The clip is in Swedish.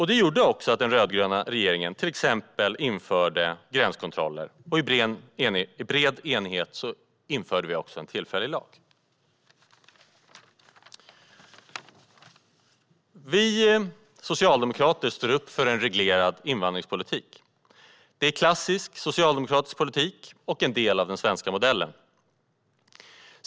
Det gjorde att den rödgröna regeringen till exempel införde gränskontroller och, i bred enighet, en tillfällig lag. Vi socialdemokrater står upp för en reglerad invandringspolitik. Det är klassisk socialdemokratisk politik och en del av den svenska modellen.